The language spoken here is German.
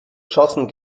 schossen